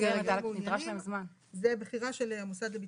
קיבלנו.